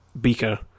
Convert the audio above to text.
Beaker